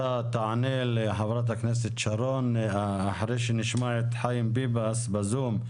אתה תענה לחברת הכנסת שרון אחרי שנשמע את חיים ביבס בזום.